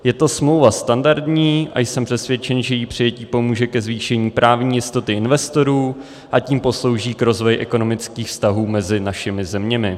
Je to smlouva standardní a jsem přesvědčen, že její přijetí pomůže ke zvýšení právní jistoty investorů, a tím poslouží k rozvoji ekonomických vztahů mezi našimi zeměmi.